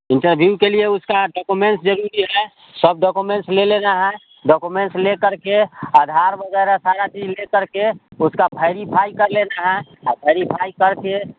interview के लिए उसका डॉकोमेंट्स ज़रूरी है सब डॉकोमेंट्स ले लेना है डॉकोमेंट्स लेकर के आधार वगैरह सारा चीज़ लेकर के उसका फैरिफाई कर लेना है आ भेरिफाई करके